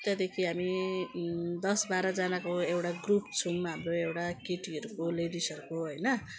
त्यहाँदेखि हामी दस बाह्रजनाको एउटा ग्रुप छौँ हाम्रो एउटा केटीहरूको लेडिसहरूको होइन